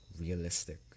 realistic